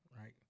right